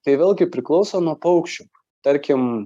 tai vėlgi priklauso nuo paukščių tarkim